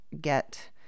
get